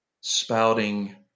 spouting